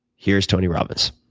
here's tony robbins.